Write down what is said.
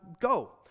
go